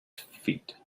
feet